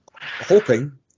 hoping